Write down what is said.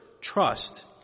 trust